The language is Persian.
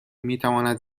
میتواند